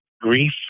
Grief